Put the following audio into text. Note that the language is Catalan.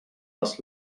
les